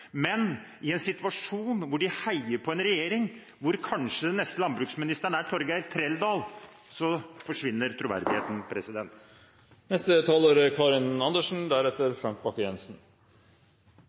Men i en situasjon hvor de heier på en regjering hvor kanskje den neste landbruksministeren er Torgeir Trældal, forsvinner troverdigheten.